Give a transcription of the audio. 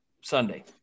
Sunday